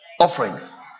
Offerings